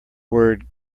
word